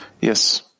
Yes